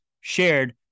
shared